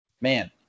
Man